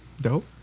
Dope